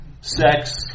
sex